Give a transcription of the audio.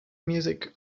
music